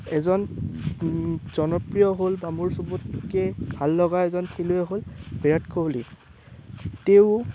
এজন জনপ্ৰিয় হ'ল বা মোৰ চবতকৈ ভাললগা এজন খেলুৱৈ হ'ল বিৰাট কোহলি তেওঁ